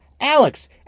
Alex